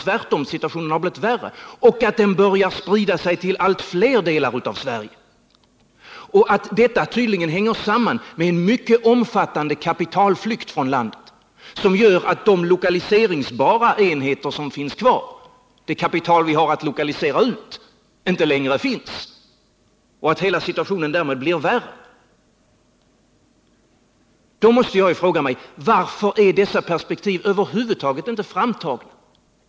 Tvärtom har situationen blivit värre och börjar sprida sig till allt fler delar av Sverige, och detta hänger samman med en mycket omfattande kapitalflykt från landet som gör att de lokaliserbara enheter som är kvar, det kapital vi har att lokalisera ut, inte längre finns. Då måste jag fråga mig: Varför är dessa perspektiv över huvud taget inte framtagna?